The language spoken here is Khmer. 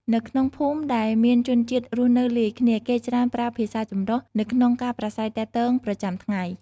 នៅក្នុងភូមិដែលមានជនជាតិរស់នៅលាយគ្នា គេច្រើនប្រើភាសាចម្រុះនៅក្នុងការប្រាស្រ័យទាក់ទងប្រចាំថ្ងៃ។